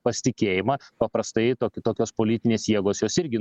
pasitikėjimą paprastai to tokios politinės jėgos jos irgi